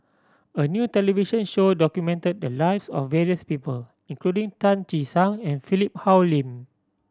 a new television show documented the lives of various people including Tan Che Sang and Philip Hoalim